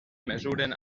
mesuren